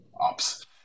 ops